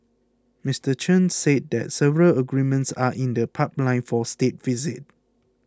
Mister Chen said that several agreements are in the pipeline for State Visit